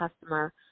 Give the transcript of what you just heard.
customer